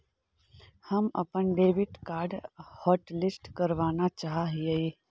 हम अपन debit card hotlist करावाना चाहा हियई